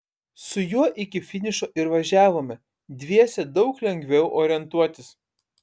su juo iki finišo ir važiavome dviese daug lengviau orientuotis